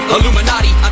Illuminati